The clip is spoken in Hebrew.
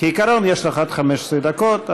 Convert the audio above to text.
כעיקרון יש לך עד 15 דקות,